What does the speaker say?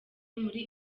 muri